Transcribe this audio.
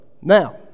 now